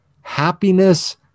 happiness